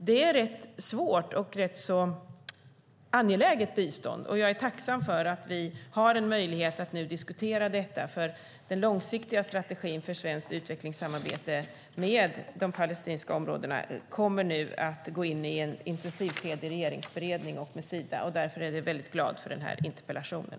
Det är rätt svårt och ett rätt angeläget bistånd. Jag är tacksam för att vi har en möjlighet att nu diskutera detta, för den långsiktiga strategin för svenskt utvecklingssamarbete med de palestinska områdena kommer nu att gå in i en intensiv regeringsberedning med Sida, och därför är jag väldigt glad för den här interpellationen.